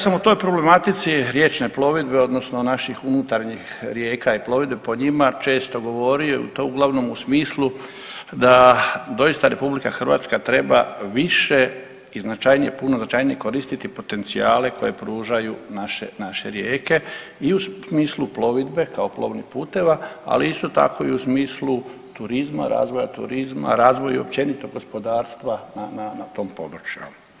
Ja sam o toj problematici riječne plovidbe odnosno naših unutarnjih rijeka i plovidbe po njima često govorio i to uglavnom u smislu da doista Republika Hrvatska treba više i značajnije puno značajnije koristiti potencijale koje pružaju naše naše rijeke i u smislu plovidbe kao plovnih puteva ali isto tako i u smislu turizma, razvoja turizma, razvoj općenito gospodarstva na tom području jel.